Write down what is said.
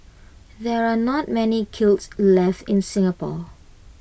there are not many kilns left in Singapore